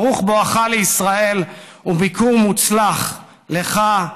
ברוך בואך לישראל וביקור מוצלח לך,